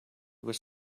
was